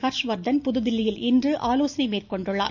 ஹர்ஷ்வர்த்தன் புதுதில்லியில் இன்று ஆலோசனை மேற்கொண்டுள்ளார்